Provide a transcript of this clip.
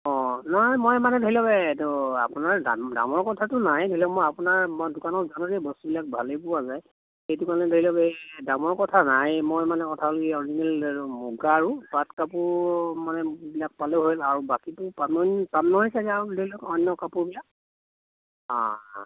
অঁ নাই মই মানে ধৰি লওক এইটো আপোনাৰ দাম দামৰ কথাটো নাই ধৰি লওক মই আপোনাৰ দোকানত জানো যে বস্তুবিলাক ভালেই পোৱা যায় সেইটো কাৰণে ধৰি লওক এই দামৰ কথা নাই মই মানে কথা হ'ল কি অৰিজিনেল মুগা আৰু পাট কাপোৰ মানে বিলাক পালেই হ'ল আৰু বাকীতো পামনে পাম নহয় চাগৈ আৰু ধৰি লওক অন্য কাপোৰবিলাক অঁ